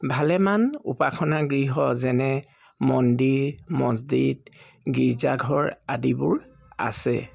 ভালেমান উপাসনা গৃহ যেনে মন্দিৰ মছজিদ গীৰ্জাঘৰ আদিবোৰ আছে